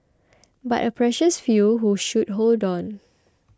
but a precious few who should hold on